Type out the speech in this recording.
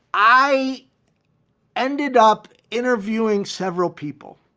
i ended up interviewing several people.